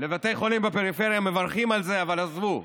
לבתי חולים בפריפריה מברכים על זה, אבל עזבו.